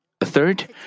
Third